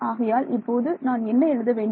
ஆகையால் இப்போது நான் என்ன எழுத வேண்டும்